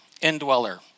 indweller